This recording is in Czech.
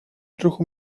trochu